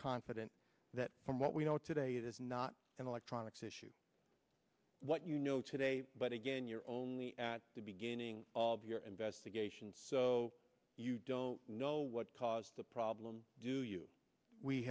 confident that from what we know today it is not an electronics issue what you know today but again you're only at the beginning of your investigation so you don't know what caused the problem do